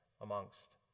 amongst